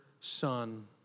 Son